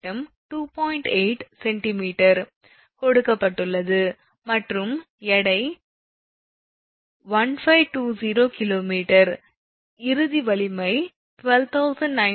8 𝑐𝑚 கொடுக்கப்பட்டுள்ளது மற்றும் எடை 1520 𝐾𝑚 இறுதி வலிமை 12900 𝐾𝑔